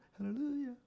Hallelujah